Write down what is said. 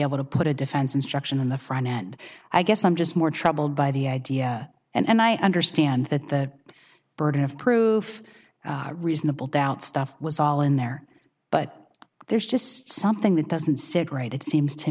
able to put a defense instruction on the front end i guess i'm just more troubled by the idea and i understand that the burden of proof reasonable doubt stuff was all in there but there's just something that doesn't sit right it seems to